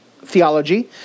theology